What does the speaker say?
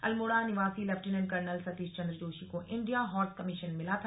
अल्मोड़ा निवासी lieutenant colonel Satish Chand Joshi को India horse commission मिला था